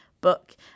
book